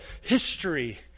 history